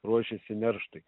ruošiasi nerštui